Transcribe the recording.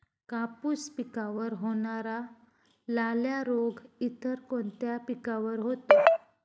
कापूस पिकावर होणारा लाल्या रोग इतर कोणत्या पिकावर होतो?